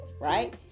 right